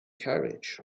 carriage